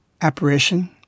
apparition